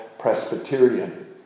Presbyterian